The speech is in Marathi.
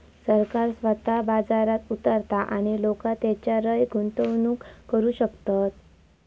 सरकार स्वतः बाजारात उतारता आणि लोका तेच्यारय गुंतवणूक करू शकतत